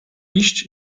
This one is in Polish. iść